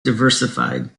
diversified